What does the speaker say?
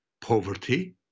poverty